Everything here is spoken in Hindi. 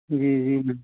जी जी मैम